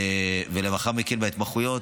ולאחר מכן בהתמחויות,